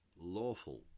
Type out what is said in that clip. lawful